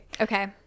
Okay